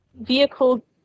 vehicle